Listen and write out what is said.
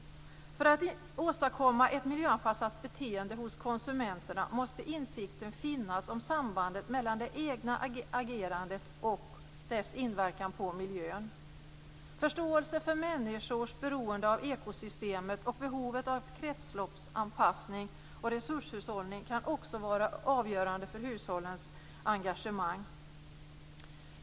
För att åstadkomma ett miljöanpassat beteende hos konsumenterna måste insikten finnas om sambandet mellan det egna agerandet och dess inverkan på miljön. Förståelse för människors beroende av ekosystemet och behovet av kretsloppsanpassning och resurshushållning kan också vara avgörande för hushållens engagemang.